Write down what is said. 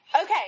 Okay